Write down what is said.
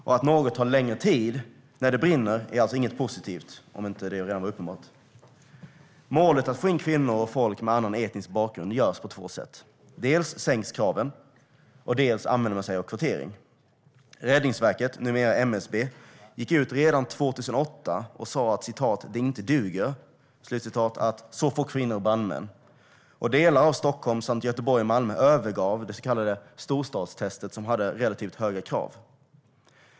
Och att något tar längre tid när det brinner är inget positivt, om det inte redan var uppenbart. Målet att få in kvinnor och folk med annan etnisk bakgrund ska uppnås på två sätt. Dels sänks kraven, dels använder man sig av kvotering. "Det duger inte" att så få kvinnor är brandmän, ansåg Räddningsverket, numera MSB, redan 2008. Delar av Stockholm samt Göteborg och Malmö har övergett det så kallade storstadstestet, som hade relativt höga krav.